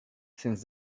since